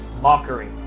mockery